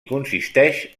consisteix